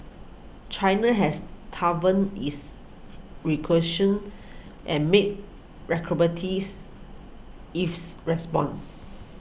China has toughened its and made eaves response